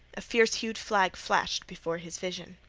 a fierce-hued flag flashed before his vision.